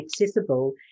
accessible